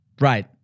Right